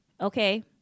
Okay